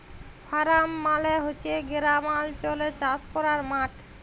farm মালে হছে গেরামালচলে চাষ ক্যরার মাঠ